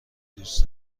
دوست